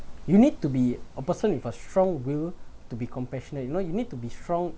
you need to be a person with a strong will to be compassionate you know you need to be strong